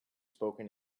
spoken